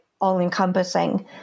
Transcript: all-encompassing